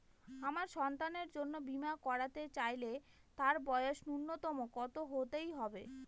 আমার সন্তানের জন্য বীমা করাতে চাইলে তার বয়স ন্যুনতম কত হতেই হবে?